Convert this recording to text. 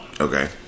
Okay